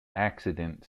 accident